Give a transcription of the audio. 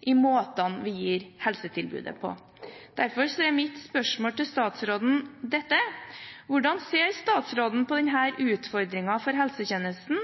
i måtene vi gir helsetilbudet på. Derfor er mitt spørsmål til statsråden dette: Hvordan ser statsråden på denne utfordringen for helsetjenesten,